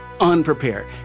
unprepared